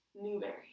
Newberry